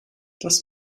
das